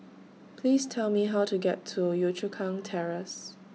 Please Tell Me How to get to Yio Chu Kang Terrace